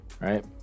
Right